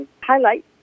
highlight